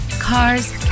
cars